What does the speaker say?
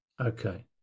Okay